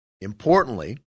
Importantly